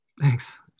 Thanks